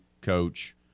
coach